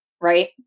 Right